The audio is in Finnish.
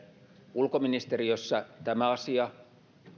ulkoministeriössä tämä asia